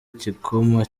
igikoma